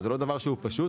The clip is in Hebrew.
זה לא דבר שהוא פשוט,